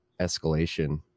escalation